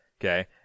Okay